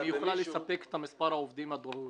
יכולה לספק את מספר העובדים הדרוש?